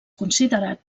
considerat